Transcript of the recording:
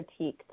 critiqued